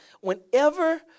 whenever